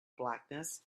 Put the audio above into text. blackness